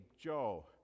Joe